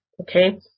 okay